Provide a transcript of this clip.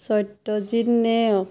Satyajit Neog